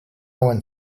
went